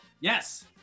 yes